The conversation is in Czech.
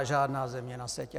Žádná země na světě.